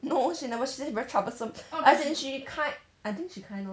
no she never she say very troublesome as in she kind I think she kind of